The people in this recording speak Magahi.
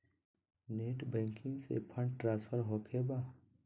नेट बैंकिंग से फंड ट्रांसफर होखें बा?